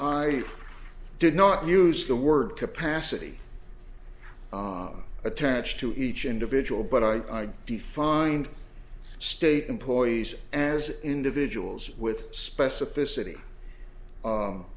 i did not use the word capacity attached to each individual but i defined state employees as individuals with specificity